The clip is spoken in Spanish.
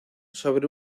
sobre